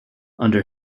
under